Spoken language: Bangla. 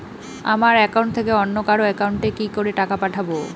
আমার একাউন্ট থেকে অন্য কারো একাউন্ট এ কি করে টাকা পাঠাবো?